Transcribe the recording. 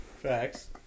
Facts